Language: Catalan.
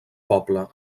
poble